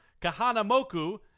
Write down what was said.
Kahanamoku